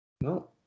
No